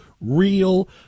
real